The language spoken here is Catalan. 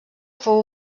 fou